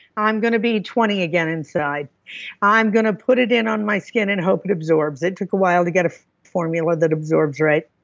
i'm going to be twenty again inside i'm going to put it in on my skin and hope it absorbs. it took a while to get a formula that absorbs right.